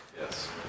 Yes